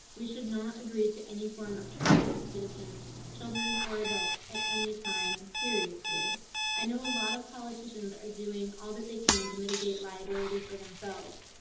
we should not agree to any form of tracking of citizens, children or adults at anytime period. i know a lot of politicians are doing all that they can to mitigate liability for themselves,